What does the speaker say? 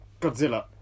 Godzilla